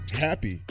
happy